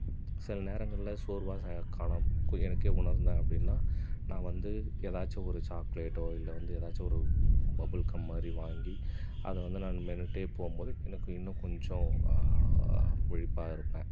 சில நேரங்களில் சோர்வாக ச எனக்கே உணர்ந்தேன் அப்படினா நான் வந்து ஏதாச்சும் ஒரு சாக்லேட்டோ இல்லை வந்து ஏதாச்சும் ஒரு பப்புல்காம் மாதிரி வாங்கி அதை வந்து நான் மென்றுக்கிட்டே போகும்போது எனக்கு இன்னும் கொஞ்சம் விழிப்பாக இருப்பேன்